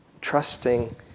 Trusting